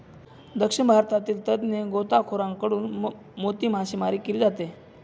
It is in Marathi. दक्षिण भारतातील तज्ञ गोताखोरांकडून मोती मासेमारी केली जाते